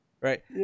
Right